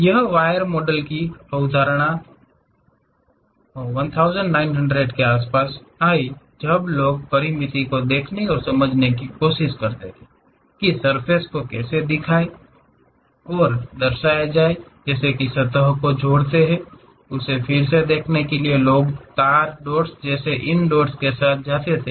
यह wire model की अवधारणा 1900 के आसपास आई जब लोग परिमित को देखने और समझने की कोशिश करते हैं कि सर्फ़ेस को कैसे दर्शाया जाई सतहों को जोड़ते हैं उसे फिर से दिखने के लिए लोग तार डॉट्स जैसे इन डॉट्स के साथ जाते थे